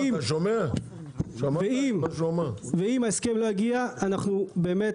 אם ההסכם לא יגיע אנחנו באמת